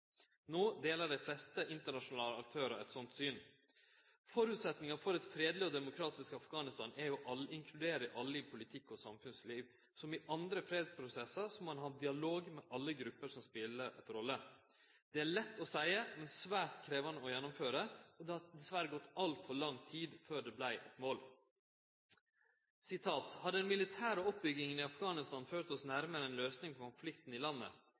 deler dei fleste internasjonale aktørar eit slikt syn. Føresetnaden for eit fredeleg og demokratisk Afghanistan er jo å inkludere alle i politikk og samfunnsliv. Som i andre fredsprosessar må ein ha dialog med alle grupper som speler ei rolle. Det er lett å seie, men svært krevjande å gjennomføre, og det har dessverre gått altfor lang tid før det vart eit mål. «Har den militære oppbyggingen i Afghanistan ført oss nærmere en løsning på konflikten i landet?